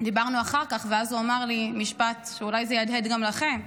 דיברנו אחר כך ואז הוא אמר לי משפט שאולי יהדהד גם לכם.